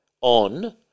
on